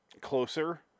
closer